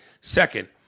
Second